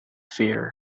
fear